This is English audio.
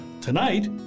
Tonight